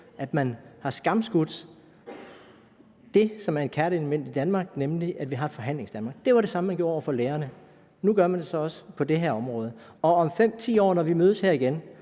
at man har skamskudt det, som er et kerneelement i Danmark, nemlig at vi har et Forhandlingsdanmark. Det var det samme, man gjorde over for lærerne, og nu gør man det så også på det her område. Og om 5-10 år, når vi mødes her igen,